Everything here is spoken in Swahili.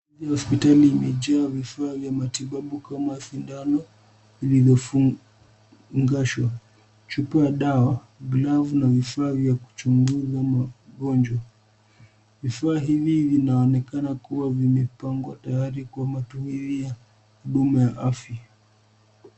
Hii hospitali imejaa vifaa vya matibabu kama sindano iliyo fungashwa. Chupa ya dawa, glavu na vifaa vya kuchunguza magonjwa. Vifaa hivi vinaonekana kuwa vimepangwa tayari kwa matumizi ya huduma ya afya.